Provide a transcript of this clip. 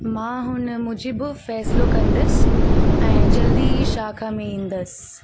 मां हुन मूजिबि फ़ैसिलो कंदसि ऐं जल्दी ई शाखा में ईंदसि